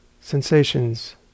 sensations